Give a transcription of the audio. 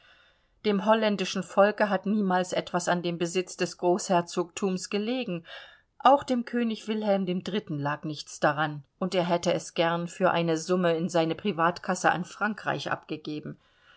dem holländischen volke hat niemals etwas an dem besitz des großherzogtums gelegen auch dem könig wilhelm iii lag nichts daran und er hätte es gern für eine summe in seine privatkasse an frankreich abgegeben